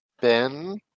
Ben